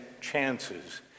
chances